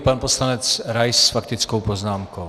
Pan poslanec Rais s faktickou poznámkou.